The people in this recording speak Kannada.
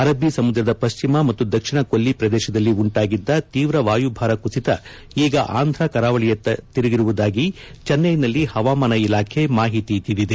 ಅರಬ್ಬೀ ಸಮುದ್ರದ ಪಶ್ಚಿಮ ಮತ್ತು ದಕ್ಷಿಣ ಕೊಲ್ಲಿ ಪ್ರದೇಶದಲ್ಲಿ ಉಂಟಾಗಿದ್ದ ತೀವ್ರ ವಾಯುಭಾರ ಕುಸಿತ ಈಗ ಆಂಧ್ರ ಕರಾವಳಿಯತ್ತ ತಿರುಗಿರುವುದಾಗಿ ಚೆನ್ನೈನಲ್ಲಿ ಹವಾಮಾನ ಇಲಾಖೆ ಮಾಹಿತಿ ನೀಡಿದೆ